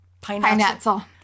Pineapple